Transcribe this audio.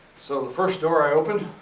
so the first door i opened,